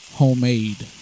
homemade